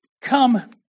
come